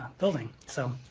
building. so,